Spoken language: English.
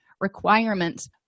requirements